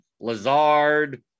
Lazard